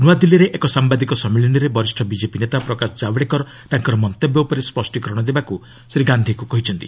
ନୂଆଦିଲ୍ଲୀରେ ଏକ ସାମ୍ବାଦିକ ସମ୍ମିଳନୀରେ ବରିଷ୍ଣ ବିକେପି ନେତା ପ୍ରକାଶ ଜାବ୍ଡେକର ତାଙ୍କର ମନ୍ତବ୍ୟ ଉପରେ ସ୍ୱଷ୍ଟୀକରଣ ଦେବାକୁ ଶ୍ରୀ ଗାନ୍ଧିଙ୍କୁ କହିଛନ୍ତି